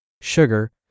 sugar